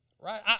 Right